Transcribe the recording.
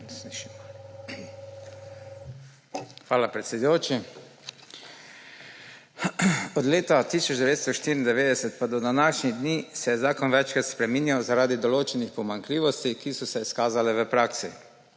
Hvala, predsedujoči. Od leta 1994 pa do današnjih dni se je zakon večkrat spreminjal zaradi določenih pomanjkljivosti, ki so se izkazale v praksi.